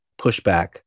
pushback